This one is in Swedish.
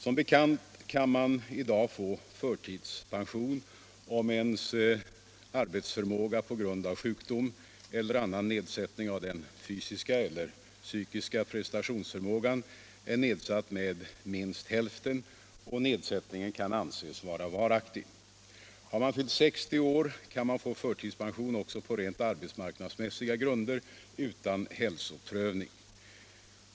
Som bekant kan man i dag få förtidspension om ens arbetsförmåga på grund av sjukdom eller annan förändring av den fysiska eller psykiska prestationsförmågan är nedsatt med minst hälften och nedsättningen kan anses varaktig. Har man fyllt 60 år kan man få förtidspension också på rent arbetsmarknadsmässiga grunder utan hälsoprövning.